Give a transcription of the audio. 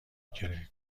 کرایه